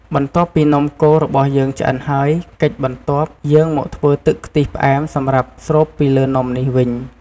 បន្ទាប់ពីនំកូររបស់យើងឆ្អិនហើយ កិច្ចបន្ទាប់ យើងមកធ្វើទឹកខ្ទិះផ្អែមសម្រាប់ស្រូបពីលើនំនេះវិញ។